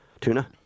Tuna